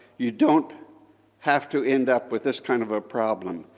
you don't have to end up with this kind of a problem.